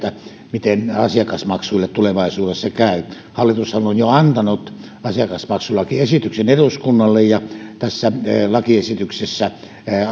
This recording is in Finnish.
miten asiakasmaksuille tulevaisuudessa käy hallitushan on jo antanut asiakasmaksulakiesityksen eduskunnalle ja tässä lakiesityksessä